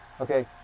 okay